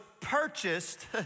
purchased